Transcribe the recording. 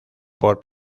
por